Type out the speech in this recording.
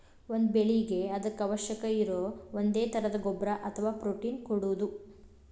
ಒಂದ ಬೆಳಿಗೆ ಅದಕ್ಕ ಅವಶ್ಯಕ ಇರು ಒಂದೇ ತರದ ಗೊಬ್ಬರಾ ಅಥವಾ ಪ್ರೋಟೇನ್ ಕೊಡುದು